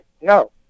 no